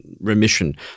remission